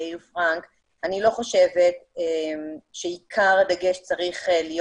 יאיר פראנק, אני לא חושבת שעיקר הדגש צריך להיות